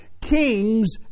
kings